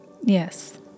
Yes